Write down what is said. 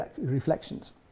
reflections